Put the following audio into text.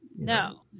No